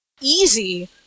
easy